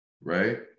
right